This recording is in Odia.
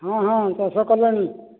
ହଁ ହଁ ଚାଷ କଲଣି